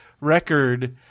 record